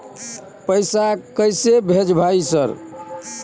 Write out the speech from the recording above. पैसा कैसे भेज भाई सर?